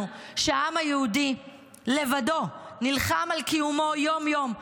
שהעם היהודי לבדו נלחם על קיומו יום-יום,